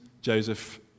Joseph